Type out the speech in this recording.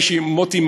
מוטי,